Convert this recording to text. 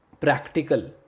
practical